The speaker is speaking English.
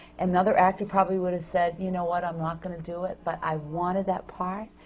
another actor probably would have said, you know what? i'm not going to do it. but i wanted that part!